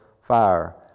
fire